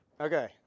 Okay